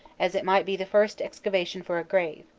as it might be the first excavation for a grave,